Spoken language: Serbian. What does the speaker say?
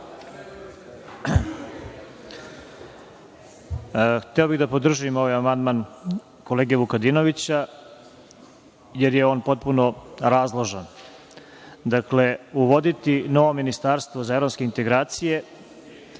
Hteo bih da podržim ovaj amandman kolege Vukadinovića, jer je on potpuno razložan. Dakle, uvoditi nova ministarstva za evrointegracije,